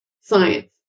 science